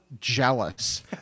jealous